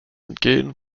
entgehen